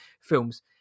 films